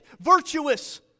virtuous